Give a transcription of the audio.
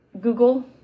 Google